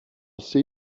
see